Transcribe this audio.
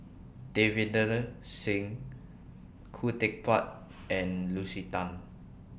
Davinder Singh Khoo Teck Puat and Lucy Tan